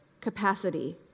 capacity